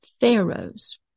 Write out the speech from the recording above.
pharaohs